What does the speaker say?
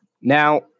Now